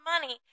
money